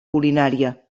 culinària